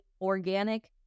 organic